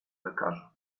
lekarzu